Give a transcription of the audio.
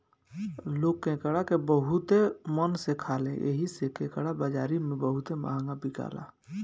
लोग केकड़ा के बहुते मन से खाले एही से केकड़ा बाजारी में बहुते महंगा बिकाला